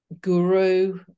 guru